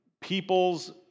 people's